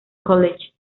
college